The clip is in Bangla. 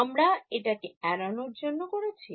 আমরা এটাকি এড়ানোর জন্য করেছি